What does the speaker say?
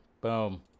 boom